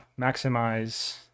maximize